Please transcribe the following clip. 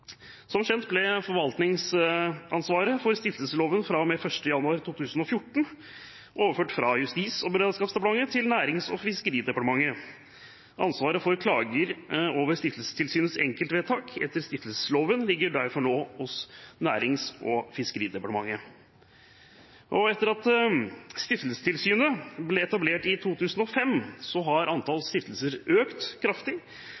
Som kjent ble forvaltningsansvaret for stiftelsesloven fra og med 1. januar 2014 overført fra Justis- og beredskapsdepartementet til Nærings- og fiskeridepartementet. Ansvaret for behandling av klager over Stiftelsestilsynets enkeltvedtak etter stiftelsesloven ligger derfor nå hos Nærings- og fiskeridepartementet. Etter at Stiftelsestilsynet ble etablert i 2005, har antall stiftelser økt kraftig,